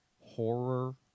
horror